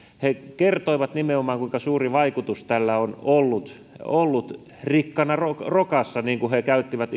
he kertoivat nimenomaan kuinka suuri vaikutus tällä on ollut ollut rikkana rokassa mitä ilmaisua he käyttivät